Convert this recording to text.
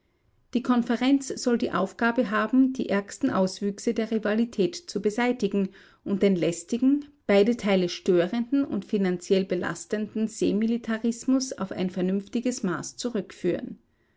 die konferenz soll die aufgabe haben die ärgsten auswüchse der rivalität zu beseitigen und den lästigen beide teile störenden und finanziell belastenden seemilitarismus auf ein vernünftiges maß zurückführen